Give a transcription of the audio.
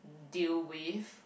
deal with